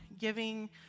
giving